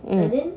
mm